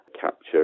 capture